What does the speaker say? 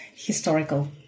historical